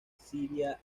siria